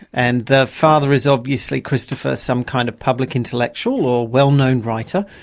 and the father is obviously christopher, some kind of public intellectual or well-known writer.